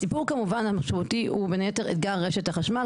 הסיפור המשמעותי כמובן הוא בין היתר אתגר רשת החשמל.